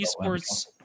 esports